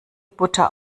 butter